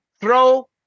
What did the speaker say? Throw